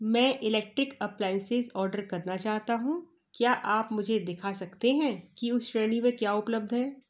मैं electric appliances order करना चाहता हूँ क्या आप मुझे दिखा सकते हैं कि उस श्रेणी में क्या उपलब्ध है